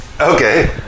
Okay